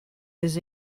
his